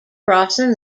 crossing